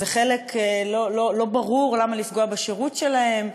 זה חלק לא ברור למה לפגוע בשירות שלהם,